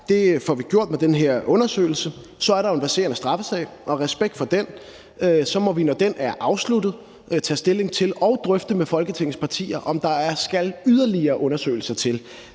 Det får vi gjort med den her undersøgelse. Så er der jo en verserende straffesag, og den har vi respekt for. Så må vi, når den er afsluttet, tage stilling til og drøfte med Folketingets partier, om der skal yderligere undersøgelser til.